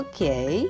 ？Okay